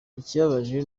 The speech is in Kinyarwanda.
ikibabaje